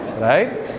right